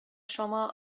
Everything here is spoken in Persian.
شما